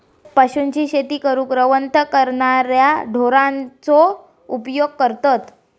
पशूंची शेती करूक रवंथ करणाऱ्या ढोरांचो उपयोग करतत